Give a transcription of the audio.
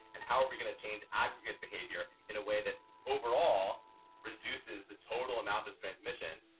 and how are we going to change aggregate behavior in a way that overall reduces the total amount of transmission,